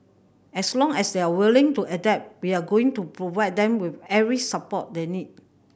as long as they are willing to adapt we are going to provide them with every support they need